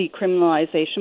decriminalization